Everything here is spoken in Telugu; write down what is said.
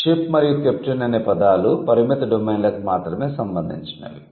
షిప్ మరియు కెప్టెన్ అనే పదాలు పరిమిత డొమైన్లకు మాత్రమే సంబంధించినవి